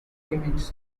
limits